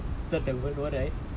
second temple perumal temple